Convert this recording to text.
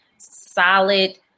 solid